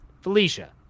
Felicia